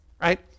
right